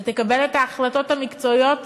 שתקבל את ההחלטות המקצועיות